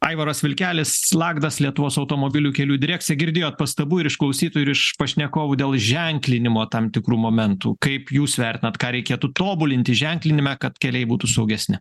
aivaras vilkelis slagdas lietuvos automobilių kelių direkcija girdėjot pastabų ir išklausytų ir iš pašnekovų dėl ženklinimo tam tikrų momentų kaip jūs vertinat ką reikėtų tobulinti ženklinime kad keliai būtų saugesni